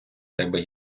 тебе